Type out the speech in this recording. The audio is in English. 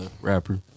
rapper